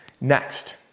Next